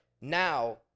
now